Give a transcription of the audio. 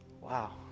Wow